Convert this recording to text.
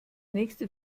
nächste